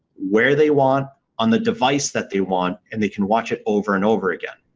where they want on the device that they want and they can watch it over and over again.